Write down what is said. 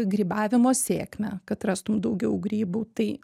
grybavimo sėkmę kad rastum daugiau grybų tai